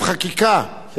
אפשר להגיד את זה היום,